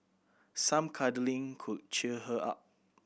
some cuddling could cheer her up